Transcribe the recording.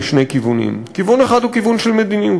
בשני כיוונים: כיוון אחד הוא כיוון של מדיניות,